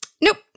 nope